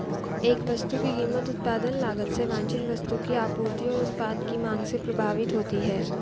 एक वस्तु की कीमत उत्पादन लागत से वांछित वस्तु की आपूर्ति और उत्पाद की मांग से प्रभावित होती है